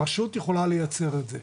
הרשות יכולה לייצר את זה,